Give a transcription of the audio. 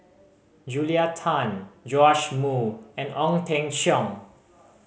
Julia Tan Joash Moo and Ong Teng Cheong